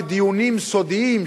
בדיונים סודיים,